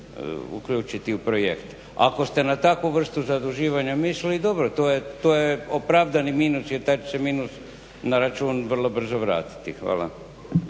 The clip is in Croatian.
uključiti u projekt. Ako ste na takvu vrstu zaduživanja mislili dobro, to je opravdani minus jer taj će se minus na račun vrlo brzo vratiti. Hvala.